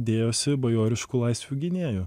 dėjosi bajoriškų laisvių gynėju